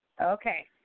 Okay